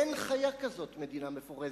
אין חיה כזאת, מדינה מפורזת.